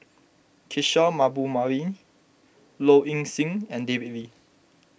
Kishore Mahbubani Low Ing Sing and David Lee